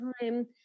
time